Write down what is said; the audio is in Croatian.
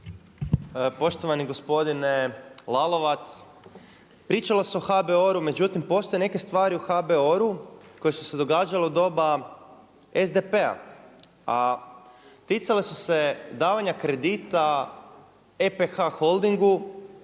Poštovani gospodine Lalovac, pričalo se o HBOR-u, međutim postoje neke stvari u HBOR-u koje su se događale u doba SDP-a a ticale su se davanja kredita EPH Holdingu,